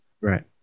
Right